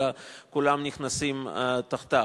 אלא כולם נכנסים תחתיו.